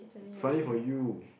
finding for you